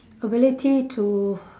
ability to